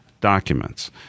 documents